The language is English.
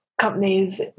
companies